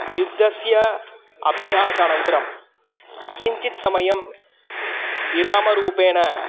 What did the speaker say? युद्धस्य अभ्यासानन्तरं किञ्चित् समयं विरामरूपेण